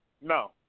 No